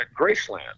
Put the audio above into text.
Graceland